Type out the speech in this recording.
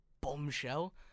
bombshell